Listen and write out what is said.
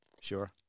Sure